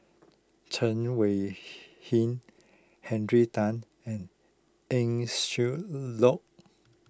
Chen Wen Hsi Henry Tan and Eng Siak Loy